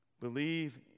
believe